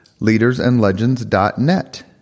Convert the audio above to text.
leadersandlegends.net